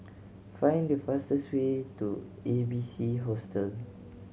find the fastest way to A B C Hostel